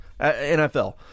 NFL